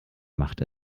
macht